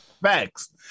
Facts